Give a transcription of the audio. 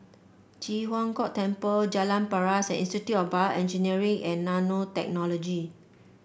Ji Huang Kok Temple Jalan Paras and Institute of BioEngineering and Nanotechnology